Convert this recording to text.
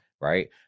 Right